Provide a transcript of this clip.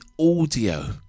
audio